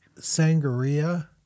sangria